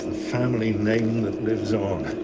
ah family name that lives on.